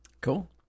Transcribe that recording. Cool